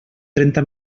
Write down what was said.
trenta